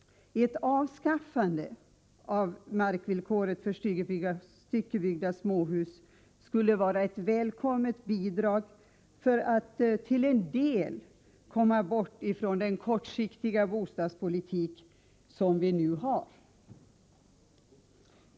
Ett avskaffande av markvillkoret för styckebyggda småhus skulle vara ett välkommet bidrag för att till en del komma bort ifrån den kortsiktiga bostadspolitik som vi nu har.